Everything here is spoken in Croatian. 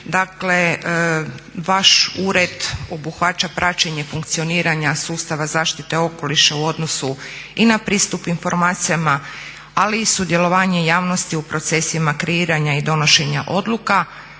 Dakle, vaš ured obuhvaća praćenje funkcioniranja sustava zaštite okoliša u odnosu i na pristup informacijama, ali i sudjelovanje javnosti u procesima kreiranja i donošenja odluka,